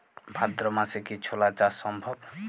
ভাদ্র মাসে কি ছোলা চাষ সম্ভব?